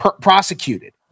prosecuted